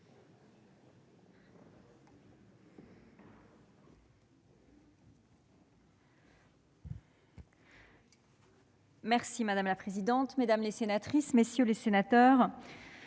Voilà, madame la présidente, mesdames les sénatrices, messieurs les sénateurs,